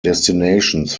destinations